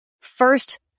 first